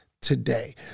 today